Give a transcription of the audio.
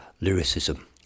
lyricism